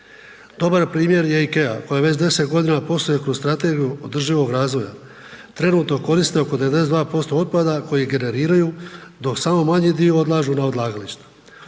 Dobar primjer je IKEA koja već 10 godina posluje kroz strategiju održivog razvoja. Trenutno koriste oko 92% otpada koji generiraju, dok samo manji dio odlažu na odlagališta.